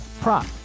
prop